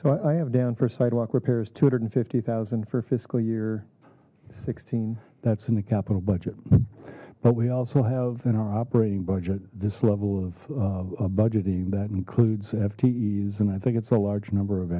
so i am down for sidewalk repairs two hundred and fifty thousand for fiscal year sixteen that's in the capital budget but we also have in our operating budget this level of budgeting that includes ftes and i think it's a large number of